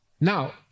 now